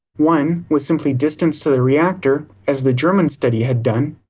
one was simply distance to the reactor, as the german study had done.